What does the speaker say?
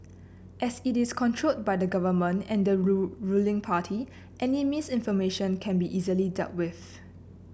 as it is controlled by the government and the rule ruling party any misinformation can be easily dealt with